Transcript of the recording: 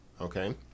Okay